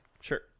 Sure